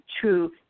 true